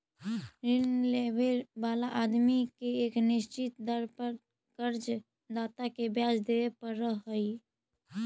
ऋण लेवे वाला आदमी के एक निश्चित दर पर कर्ज दाता के ब्याज देवे पड़ऽ हई